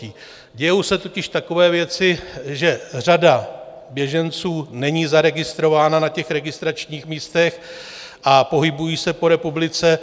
Dějí se totiž takové věci, že řada běženců není zaregistrována na registračních místech a pohybují se po republice.